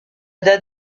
date